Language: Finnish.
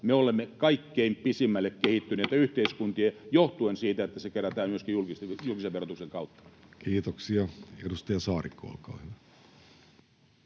me olemme kaikkein pisimmälle kehittyneitä yhteiskuntia johtuen siitä, että se kerätään myöskin julkisen verotuksen kautta. Kiitoksia. — Edustaja Saarikko, olkaa hyvä.